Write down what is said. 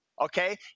okay